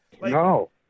No